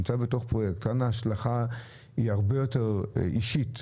כאן ההשלכה היא הרבה יותר אישית.